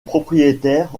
propriétaires